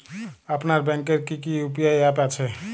আপনার ব্যাংকের কি কি ইউ.পি.আই অ্যাপ আছে?